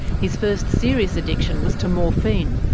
his first serious addiction was to morphine,